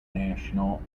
national